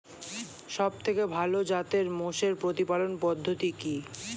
সবথেকে ভালো জাতের মোষের প্রতিপালন পদ্ধতি কি?